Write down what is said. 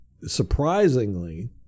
surprisingly